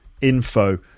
info